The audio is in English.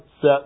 set